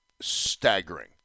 staggering